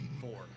Four